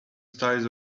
styles